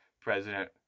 President